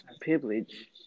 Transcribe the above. privilege